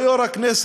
לא יושב-ראש הכנסת,